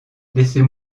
laissez